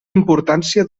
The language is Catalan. importància